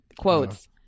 quotes